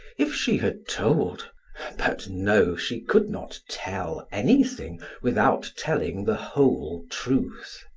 if she had told but no, she could not tell anything without telling the whole truth!